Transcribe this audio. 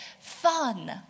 fun